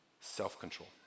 self-control